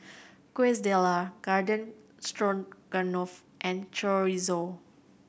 Quesadillas Garden Stroganoff and Chorizo